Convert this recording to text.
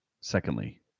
secondly